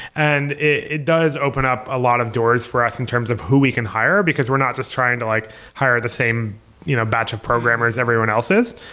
and it does open up a lot of doors for us in terms of who we can hire, because we're not just trying to like hire the same you know batch of programmers everyone else's.